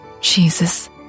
Jesus